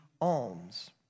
alms